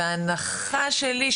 וההנחה שלי,